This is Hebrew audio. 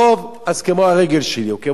אז כמו הרגל שלי או כמו היד שלי,